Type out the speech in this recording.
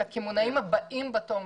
של הקמעונאים הבאים בתור,